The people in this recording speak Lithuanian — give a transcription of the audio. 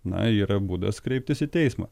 na yra būdas kreiptis į teismą